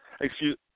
excuse